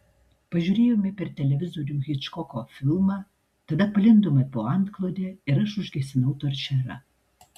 pažiūrėjome per televizorių hičkoko filmą tada palindome po antklode ir aš užgesinau toršerą